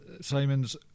Simon's